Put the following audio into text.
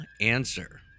answer